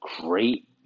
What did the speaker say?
great